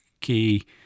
key